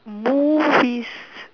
movies